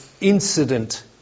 incident